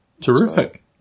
Terrific